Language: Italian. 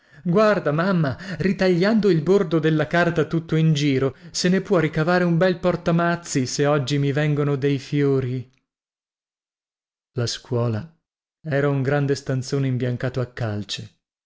guarda mamma ritagliando il bordo della carta tutto in giro se ne può cavare un bel portamazzi se oggi mi vengono dei fiori la scuola era un grande stanzone imbiancato a calce